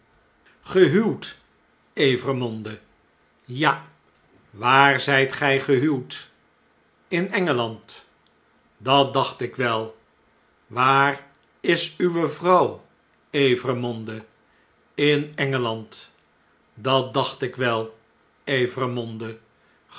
gehuwd evremonde ja waar zijt ge gehuwd in e n g e l'a n d dat dacht ikwel waar is uwe vrouw evremonde in engeland dat dacht ik wel